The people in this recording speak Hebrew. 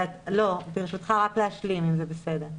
ברשותך, רק להשלים, אם זה בסדר.